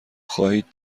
خواهید